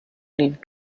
leaf